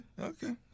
Okay